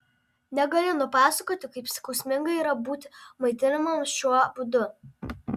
negaliu nupasakoti kaip skausminga yra būti maitinamam šiuo būdu